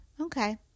okay